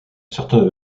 certain